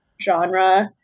genre